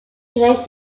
krijg